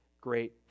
great